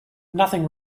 nothing